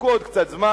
תחכו עוד קצת זמן.